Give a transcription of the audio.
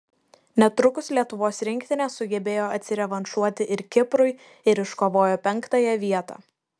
netrukus lietuvos rinktinė sugebėjo atsirevanšuoti ir kiprui ir iškovojo penktąją vietą